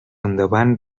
endavant